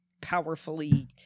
powerfully